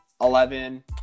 Eleven